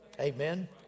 Amen